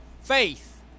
faith